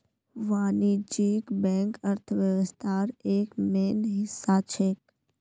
वाणिज्यिक बैंक अर्थव्यवस्थार एक मेन हिस्सा छेक